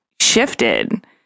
shifted